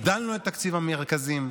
הגדלנו את תקציב המרכזים,